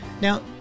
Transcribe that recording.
Now